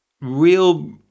real